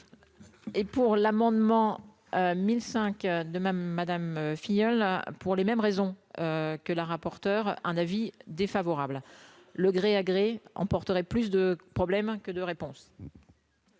Et pour l'amendement mille cinq de même Madame filleul pour les mêmes raisons que la rapporteur un avis défavorable, le gré à gré en porterai plus de problèmes que de réponses.